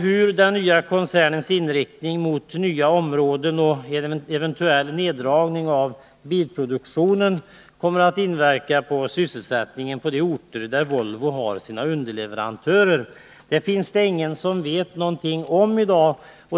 Hur den nya koncernens inriktning mot nya områden och en eventuell neddragning av bilproduktionen kommer att inverka på sysselsättningen på de orter där Volvo har sina underleverantörer finns det ingen som vet någonting om i dag.